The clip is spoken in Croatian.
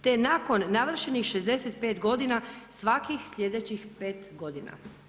Te nakon navršenih 65 godina, svakih sljedećih 5 godina.